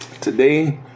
today